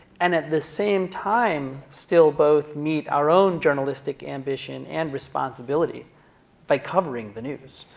and at the same time, still both meet our own journalistic ambition and responsibility by covering the news.